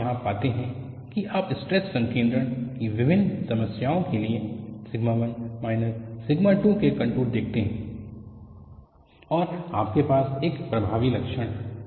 तो आप यहां पाते हैं कि आप स्ट्रेस संकेद्रण की विभिन्न समस्याओं के लिए सिग्मा 1 माइनस सिग्मा 2 के कंटूर देखते हैं और आपके पास एक प्रभावी लक्षण है